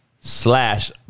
slash